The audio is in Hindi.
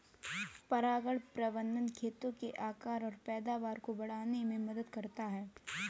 परागण प्रबंधन खेतों के आकार और पैदावार को बढ़ाने में मदद करता है